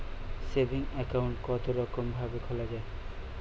Saving account কতরকম ভাবে খোলা য়ায়?